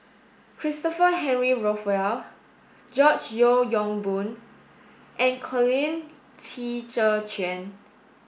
Christopher Henry Rothwell George Yeo Yong Boon and Colin Qi Zhe Quan